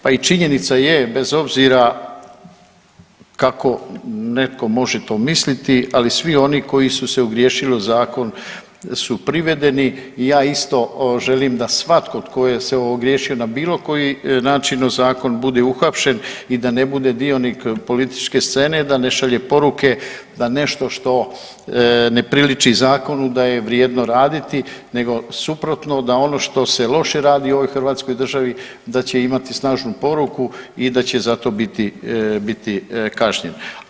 Pa i činjenica je bez obzira kako netko to može misliti, ali svi oni koji su se ogriješili u zakon su privedeni i ja isto želim da svatko tko se ogriješio na bilo koji način u zakon bude uhapšen i da ne bude dionik političke scene, da ne šalje poruke, da nešto što ne priliči zakonu da je vrijedno raditi nego suprotno da ono što se loše radi u ovoj Hrvatskoj državi da će imati snažnu poruku i da će za to biti kažnjen.